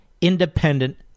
independent